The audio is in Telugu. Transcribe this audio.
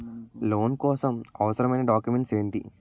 లోన్ కోసం అవసరమైన డాక్యుమెంట్స్ ఎంటి?